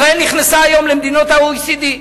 ישראל נכנסה היום למדינות ה-OECD.